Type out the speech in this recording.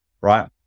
right